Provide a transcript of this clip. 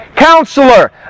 Counselor